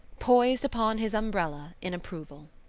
poised upon his umbrella in approval.